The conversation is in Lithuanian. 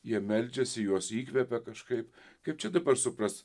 jie meldžiasi juos įkvepia kažkaip kaip čia dabar suprast